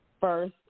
first